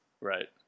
Right